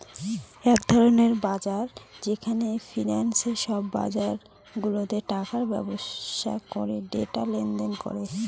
এক ধরনের বাজার যেখানে ফিন্যান্সে সব বাজারগুলাতে টাকার ব্যবসা করে ডেটা লেনদেন করে